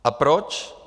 A proč?